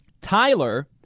Tyler